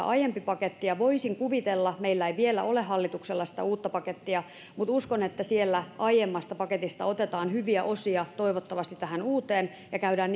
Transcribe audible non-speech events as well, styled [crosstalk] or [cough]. [unintelligible] aiempi paketti ja voisin kuvitella meillä hallituksella ei vielä ole sitä uutta pakettia että sieltä aiemmasta paketista otetaan hyviä osia toivottavasti tähän uuteen ja käydään [unintelligible]